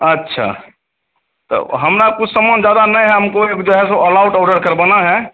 अच्छा तो हमारा कुछ समान ज़्यादा नहीं है हमको एक जो है सो ऑल आउट ऑर्डर करवाना है